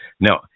Now